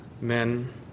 men